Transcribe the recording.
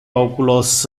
oculos